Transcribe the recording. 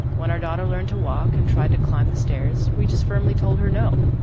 when our daughter learned to walk and tried to climb the stairs, we just firmly told her no.